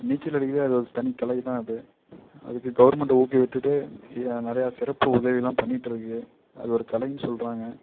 நீச்சல் அடிக்கிறது அது ஒரு தனி கலைதான் அது அதுக்கு கவுர்மெண்டு ஊக்கிவிட்டுட்டு நிறையா சிறப்பு உதவிலாம் பண்ணிகிட்டு இருக்குது அது ஒரு கலைனு சொல்றாங்க